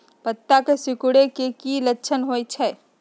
पत्ता के सिकुड़े के की लक्षण होइ छइ?